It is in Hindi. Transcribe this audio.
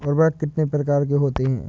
उर्वरक कितनी प्रकार के होते हैं?